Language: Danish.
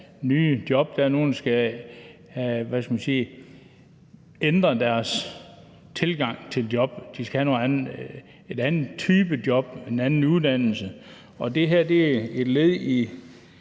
– hvad skal man sige – skal have ændret deres tilgang til et job. De skal have en anden type job, en anden uddannelse, og det her er et led i